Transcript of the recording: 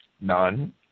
None